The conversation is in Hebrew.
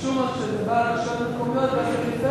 וכשהוא מגיע לרשויות ולפריפריה אז זה קצת פחות חשוב.